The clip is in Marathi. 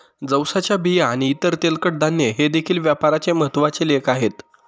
जवसाच्या बिया आणि इतर तेलकट धान्ये हे देखील व्यापाराचे महत्त्वाचे लेख आहेत